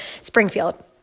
Springfield